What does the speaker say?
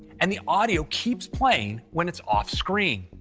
and the audio keeps playing when it's off-screen.